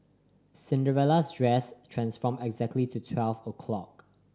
Cinderella's dress transformed exactly to twelve o'clock